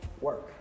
work